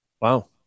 Wow